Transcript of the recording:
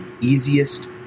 easiest